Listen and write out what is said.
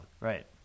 Right